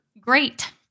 great